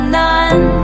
none